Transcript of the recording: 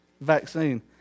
Vaccine